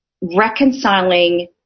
reconciling